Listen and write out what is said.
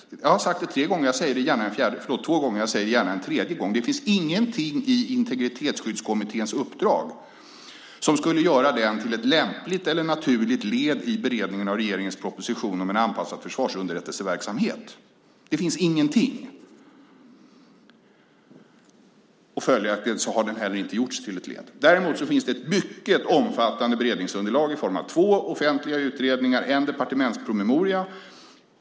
Jag har sagt det två gånger tidigare, och jag säger det gärna en tredje gång, nämligen: Det finns ingenting i Integritetsskyddskommitténs uppdrag som skulle göra den till ett lämpligt eller naturligt led i beredningen av regeringens proposition om en anpassad försvarsunderrättelseverksamhet. Det finns ingenting. Och följaktligen har den inte heller gjorts till ett led. Däremot finns det ett mycket omfattande beredningsunderlag i form av två offentliga utredningar och en departementspromemoria.